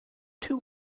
two